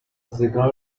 ازگار